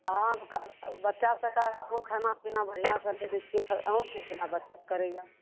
आब बच्चा सबके अहूँ खाना पीना बढ़िऑं सऽ नहि दै छियै तऽ अहूँके खिलाफ बच्चा करैया